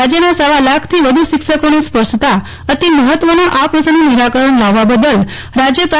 રાજ્યના સવા લાખથી વધુ શિક્ષકોને સ્પર્શતા અતિ મફત્વના આ પ્રશ્નનું નિરાકરણ લાવવા બદલ રાજ્ય પ્રા